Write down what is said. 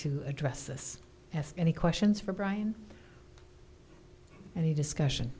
to address this as any questions for brian and a discussion